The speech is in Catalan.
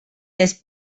les